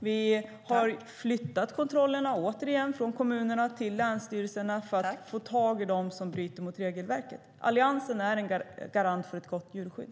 Vi har flyttat kontrollerna från kommunerna till länsstyrelserna för att få tag i dem som bryter mot regelverket. Alliansen är en garant för ett gott djurskydd.